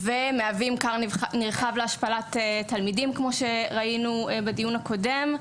ומהווים כר נרחב להשפלת תלמידים כמו שראינו בדיון הקודם,